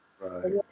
right